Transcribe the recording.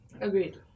Agreed